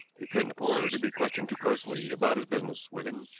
he couldn't afford to be questioned too closely about his business, wigan.